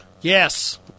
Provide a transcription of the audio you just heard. Yes